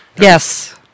Yes